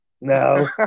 No